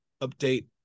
update